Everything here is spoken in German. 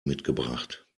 mitgebracht